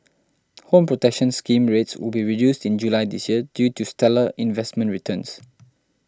Home Protection Scheme rates will be reduced in July this year due to stellar investment returns